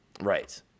Right